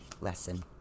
lesson